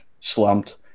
slumped